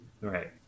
Right